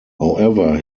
however